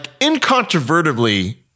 incontrovertibly